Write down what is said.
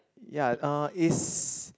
ya uh is